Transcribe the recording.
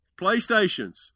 Playstations